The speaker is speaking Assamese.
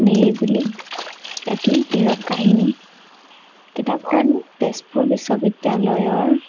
নিৰিবিলি এটি নীৰৱ কাহিনী কিতাপখন তেজপুৰ বিশ্ববিদ্যালয়ৰ